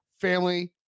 family